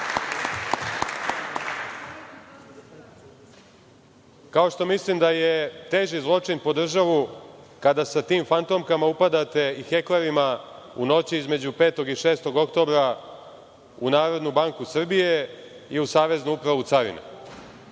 Kao što mislim da je teži zločin po državu kada sa tim fantomkama upadate, i heklerima, u noći između 5. i 6. oktobra u NBS i u Saveznu upravu carina,